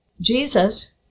Jesus